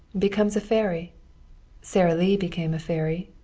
becomes a fairy sara lee became a fairy,